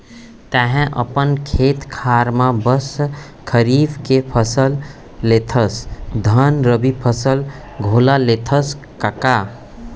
तैंहा अपन खेत खार म बस खरीफ के फसल लेथस धन रबि फसल घलौ लेथस कका?